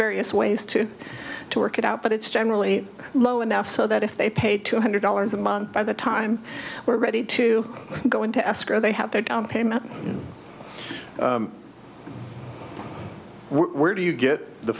various ways to to work it out but it's generally low enough so that if they pay two hundred dollars a month by the time we're ready to go into escrow they have their down payment we're do you get the